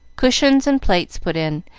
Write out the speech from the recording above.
cushions and plates put in,